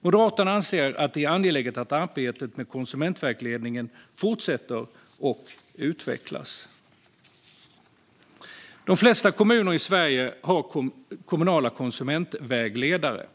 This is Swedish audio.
Moderaterna anser att det är angeläget att arbetet med konsumentvägledning fortsätter och utvecklas. De flesta kommuner i Sverige har kommunala konsumentvägledare.